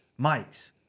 mics